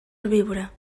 herbívora